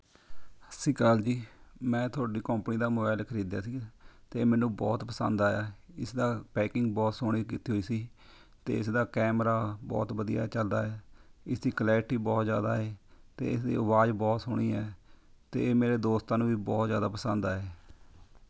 ਸਤਿ ਸ਼੍ਰੀ ਅਕਾਲ ਜੀ ਮੈਂ ਤੁਹਾਡੀ ਕੰਪਨੀ ਦਾ ਮੋਬਾਈਲ ਖਰੀਦਿਆ ਸੀ ਅਤੇ ਮੈਨੂੰ ਬਹੁਤ ਪਸੰਦ ਆਇਆ ਇਸ ਦਾ ਪੈਕਿੰਗ ਬਹੁਤ ਸੋਹਣੀ ਕੀਤੀ ਹੋਈ ਸੀ ਅਤੇ ਇਸ ਦਾ ਕੈਮਰਾ ਬਹੁਤ ਵਧੀਆ ਚੱਲਦਾ ਹੈ ਇਸ ਦੀ ਕਲੈਰਟੀ ਬਹੁਤ ਜ਼ਿਆਦਾ ਏ ਅਤੇ ਇਸ ਦੀ ਆਵਾਜ਼ ਬਹੁਤ ਸੋਹਣੀ ਹੈ ਅਤੇ ਮੇਰੇ ਦੋਸਤਾਂ ਨੂੰ ਵੀ ਬਹੁਤ ਜ਼ਿਆਦਾ ਪਸੰਦ ਆਇਆ ਹੈ